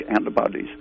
antibodies